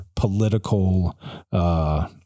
political